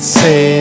say